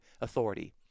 authority